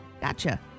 gotcha